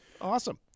Awesome